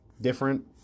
different